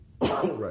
Right